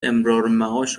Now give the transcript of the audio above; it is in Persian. امرارمعاش